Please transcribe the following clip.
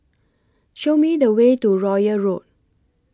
Show Me The Way to Royal Road